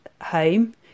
home